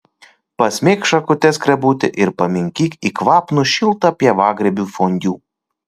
pasmeik šakute skrebutį ir paminkyk į kvapnų šiltą pievagrybių fondiu